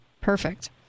Perfect